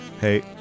Hey